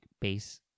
base